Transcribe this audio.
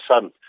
son